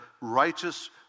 righteous